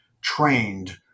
trained